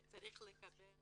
זה צריך לקבל